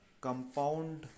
compound